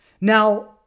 Now